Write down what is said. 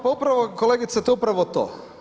Pa upravo, kolegice, to je upravo to.